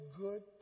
good